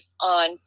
on